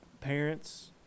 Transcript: parents